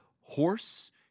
horse